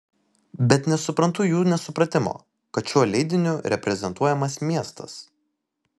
bet nesuprantu jų nesupratimo kad šiuo leidiniu reprezentuojamas miestas